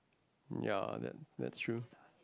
ya that that's true